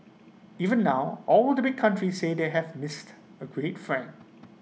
even now all the big countries say they have missed A great friend